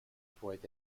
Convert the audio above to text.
pourrait